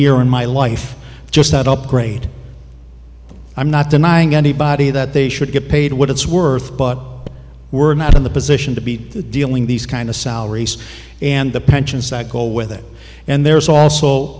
year in my life just not upgrade i'm not denying anybody that they should get paid what it's worth but we're not in the position to be dealing these kind of salaries and the pensions that go with it and there's also